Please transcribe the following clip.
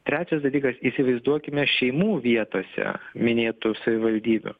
trečias dalykas įsivaizduokime šeimų vietose minėtų savivaldybių